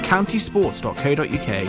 Countysports.co.uk